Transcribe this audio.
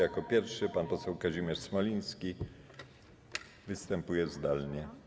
Jako pierwszy pan poseł Kazimierz Smoliński, który występuje zdalnie.